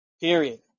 period